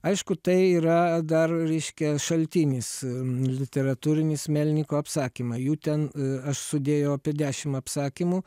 aišku tai yra dar reiškia šaltinis literatūrinis melniko apsakymai jų ten aš sudėjau apie dešimt apsakymų